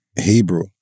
Hebrew